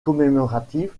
commémorative